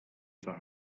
for